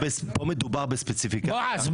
פה מדובר בספציפיקציה של טרור --- בועז,